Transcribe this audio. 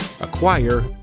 acquire